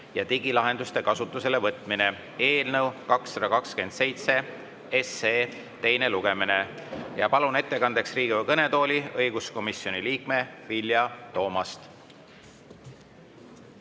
ja digilahenduste kasutusele võtmine) eelnõu 227 teine lugemine. Palun ettekandjaks Riigikogu kõnetooli õiguskomisjoni liikme Vilja Toomasti.